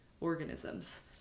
organisms